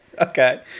Okay